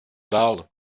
dál